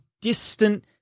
distant